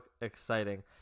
exciting